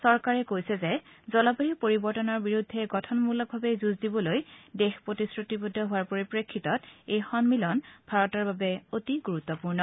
চৰকাৰে কৈছে যে জলবায়ু পৰিৱৰ্তনৰ বিৰুদ্ধে গঠনমূলকভাৱে যুঁজ দিবলৈ দেশ প্ৰতিশ্ৰুতিবদ্ধ হোৱাৰ পৰিপ্ৰেক্ষিতত এই সন্মিলন ভাৰতৰ বাবে অতিগুৰুত্বপূৰ্ণ